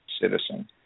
citizen